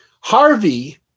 Harvey